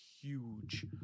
huge